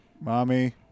Mommy